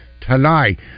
tonight